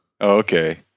okay